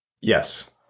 Yes